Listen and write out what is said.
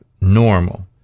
normal